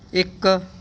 ਇੱਕ